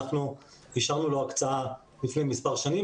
אנחנו אישרנו לו הקצאה לפני מספר שנים.